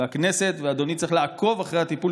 והכנסת ואדוני צריכים לעקוב אחרי הטיפול